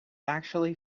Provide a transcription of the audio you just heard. actually